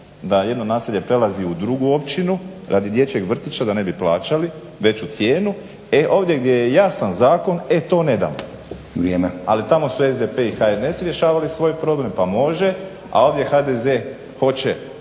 da jedno naselje prelazi u drugu općinu radi dječjeg vrtića da ne bi plaćali veću cijenu e ovdje gdje je jasan zakon e to ne dam ali tamo su SDP i HNS rješavali svoj problem pa može a ovdje HDZ hoće